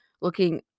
looking